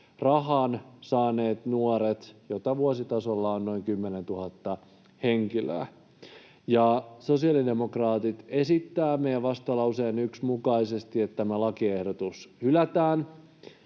saaneet nuoret, joita vuositasolla on noin 10 000 henkilöä. Sosiaalidemokraatit esittävät meidän vastalauseen 1 mukaisesti, että tämä lakiehdotus hylätään.